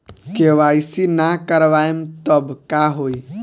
KYC ना करवाएम तब का होई?